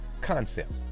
concept